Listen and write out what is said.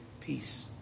peace